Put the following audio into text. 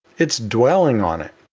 it's dwelling on it.